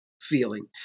feeling